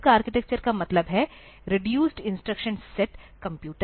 तो RISC architecture का मतलब है रेडूसेड इंस्ट्रक्शन सेट कंप्यूटर